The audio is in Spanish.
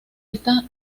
estas